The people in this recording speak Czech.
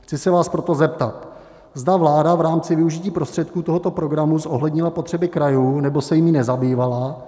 Chci se vás proto zeptat, zda vláda v rámci využití prostředků tohoto programu zohlednila potřeby krajů, nebo se jimi nezabývala.